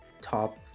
top